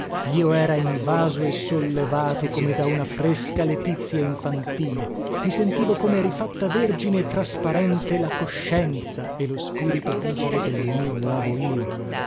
io era invaso e sollevato come da una fresca letizia infantile mi sentivo come rifatta vergine e trasparente